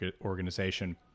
organization